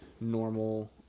normal